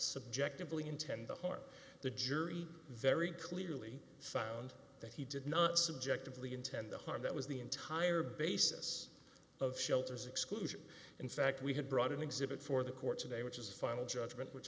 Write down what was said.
subjectively intend to harm the jury very clearly sound that he did not subjectively intend the harm that was the entire basis of shelters exclusion in fact we had brought in exhibit for the court today which is a final judgment which